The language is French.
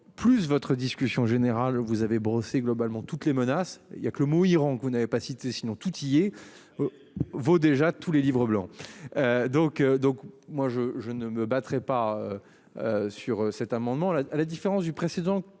plus votre discussion générale vous avez brossé globalement toutes les menaces. Il y a que le mot Iran que vous n'avez pas cité sinon tu. Vaut déjà tous les livres blancs. Donc, donc moi je, je ne me battrai pas. Sur cet amendement, là, à la différence du précédent